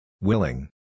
Willing